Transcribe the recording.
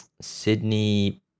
Sydney